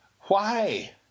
Why